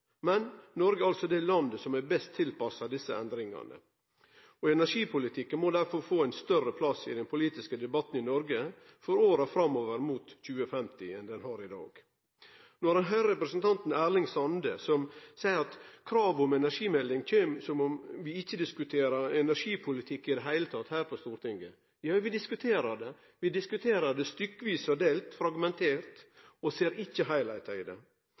Men Noreg er altså det landet som er best tilpassa desse endringane. Energipolitikken må derfor få ein større plass i den politiske debatten i Noreg for åra framover mot 2050 enn han har i dag. Representanten Erling Sande seier at kravet om energimelding kjem fordi opposisjonen meiner vi ikkje diskuterer energipolitikk i det heile her på Stortinget. Jau, vi diskuterer det, vi diskuterer det stykkevis og delt – fragmentert – og ser ikkje heilskapen i det.